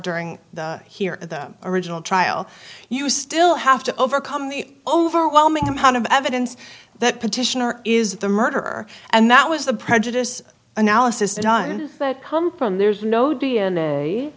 during the here at the original trial you still have to overcome the overwhelming amount of evidence that petitioner is the murderer and that was the prejudice analysis done that come from there's no d